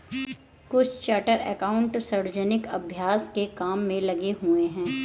कुछ chartered accountant सार्वजनिक अभ्यास के काम में लगे हुए हैं